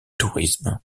tourisme